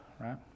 Right